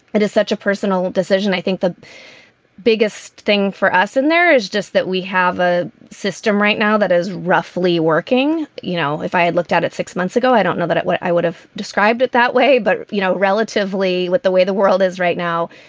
it is such a personal decision. i think the biggest thing for us and there is just that we have a system right now that is roughly working. you know, if i had looked at it six months ago, i don't know that i would have described it that way. but, you know, relatively with the way the world is right now,